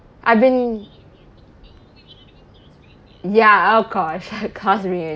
I've been ya oh gosh class reunion